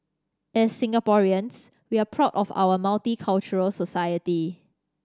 as Singaporeans we're proud of our multicultural society